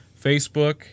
Facebook